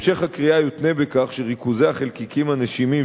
המשך הכרייה יותנה בכך שריכוזי החלקיקים הנשימים